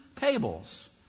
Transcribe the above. tables